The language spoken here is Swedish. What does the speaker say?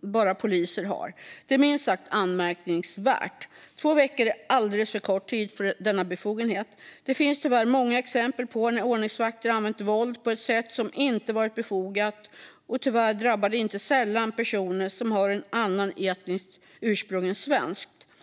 bara polisen har. Det är minst sagt anmärkningsvärt. Två veckor är alldeles för kort tid för denna befogenhet. Det finns tyvärr många exempel på när ordningsvakter använt våld på ett sätt som inte varit befogat, och tyvärr drabbar det inte sällan personer som har ett annat etniskt ursprung än svenskt.